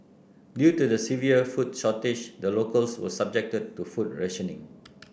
due to the severe food shortage the locals were subjected to food rationing